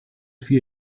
vier